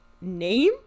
name